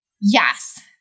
yes